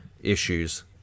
issues